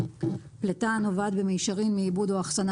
פליטה הנובעת במישרין ומעיבוד או אחסנה